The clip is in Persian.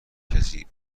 کسی